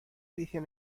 edición